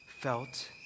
felt